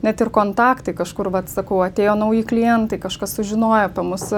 net ir kontaktai kažkur vat sakau atėjo nauji klientai kažkas sužinojo apie mus